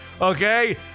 Okay